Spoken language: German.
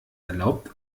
erlaubt